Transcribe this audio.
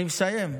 אני מסיים.